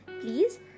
please